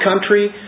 country